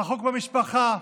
רחוק מהמשפחה,